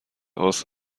aus